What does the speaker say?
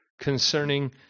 concerning